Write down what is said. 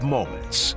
Moments